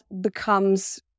becomes